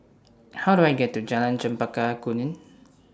How Do I get to Jalan Chempaka Kuning